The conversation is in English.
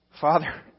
Father